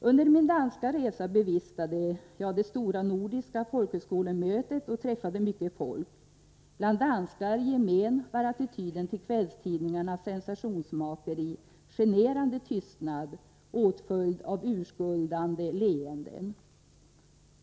Under min danska resa bevistade jag det stora nordiska folkhögskolemötet och träffade mycket folk. Bland danskar i gemen var attityden till kvällstidningarnas sensationsmakeri generande tystnad, åtföljd av urskuldande leenden.